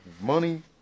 money